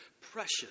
precious